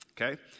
Okay